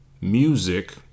music